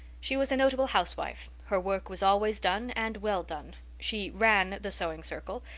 she was a notable housewife her work was always done and well done she ran the sewing circle,